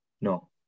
No